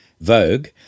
vogue